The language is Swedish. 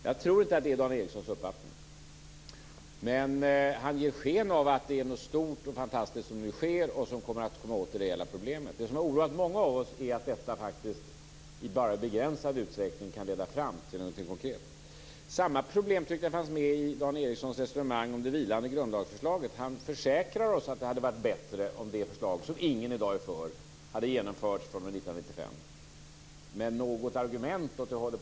Jag tror inte att det är Dan Ericssons uppfattning, men han ger sken av att det är någonting stort och fantastiskt som nu sker och som kommer åt det reella problemet. Det som har oroat många av oss är att detta bara i begränsad utsträckning kan leda fram till något konkret. Samma problem fanns med i Dan Ericssons resonemang om det vilande grundlagsförslaget. Han försäkrar oss att det hade varit bättre om det förslag som ingen i dag är för hade genomförts fr.o.m. 1995.